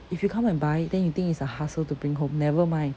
if you come and buy then you think it's a hassle to bring home nevermind